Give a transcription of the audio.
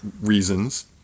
reasons